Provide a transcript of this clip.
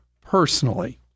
personally